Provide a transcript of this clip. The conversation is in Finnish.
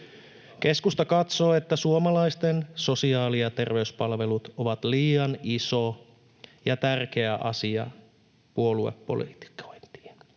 Keskusta katsoo, että suomalaisten sosiaali- ja terveyspalvelut on liian iso ja tärkeä asia puoluepolitikointiin.